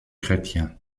chrétien